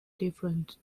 different